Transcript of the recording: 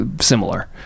similar